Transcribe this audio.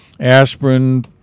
Aspirin